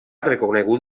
reconegut